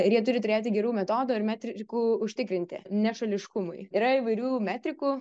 ir jie turi turėti gerų metodų ir metrikų užtikrinti nešališkumui yra įvairių metrikų